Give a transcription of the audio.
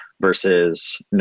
versus